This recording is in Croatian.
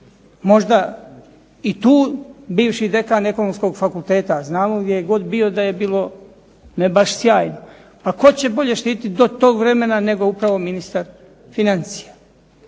Možda i tu bivši dekan Ekonomskog fakulteta, znamo gdje je god bio da je bilo ne baš sjajno. Pa tko će bolje štitit do tog vremena nego upravo ministar financija.